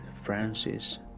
francis